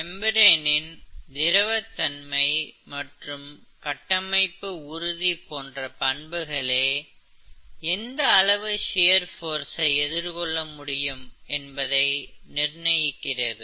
மெம்பரேனின் திரவதன்மை மற்றும் கட்டமைப்பு உறுதி போன்ற பண்புகளே எந்த அளவு ஷியர் போர்சை எதிர்கொள்ள முடியும் என்பதை நிர்ணயிக்கிறது